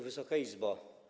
Wysoka Izbo!